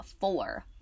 four